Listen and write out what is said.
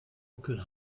onkel